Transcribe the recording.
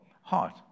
heart